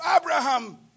Abraham